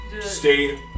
stay